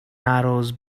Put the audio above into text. arrows